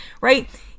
right